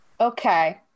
Okay